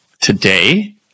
Today